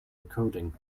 encoding